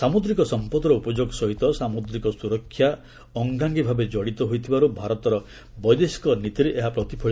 ସାମୁଦ୍ରିକ ସମ୍ପଦର ଉପଯୋଗ ସହିତ ସାମୁଦ୍ରିକ ସୁରକ୍ଷା ଅଙ୍ଗାଙ୍ଗୀଭାବେ ଜଡ଼ିତ ହୋଇଥିବାରୁ ଭାରତର ବୈଦେଶିକ ନୀତିରେ ଏହା ପ୍ରତିଫଳିତ ହୋଇଛି